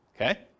Okay